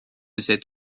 cet